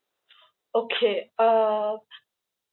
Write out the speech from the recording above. okay uh